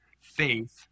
faith